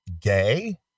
gay